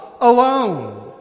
alone